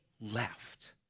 left